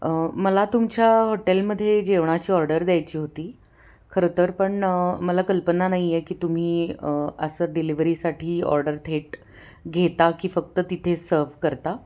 मला तुमच्या हॉटेलमध्ये जेवणाची ऑर्डर द्यायची होती खरंतर पण मला कल्पना नाही आहे की तुम्ही असं डिलेवरीसाठी ऑर्डर थेट घेता की फक्त तिथे सव करता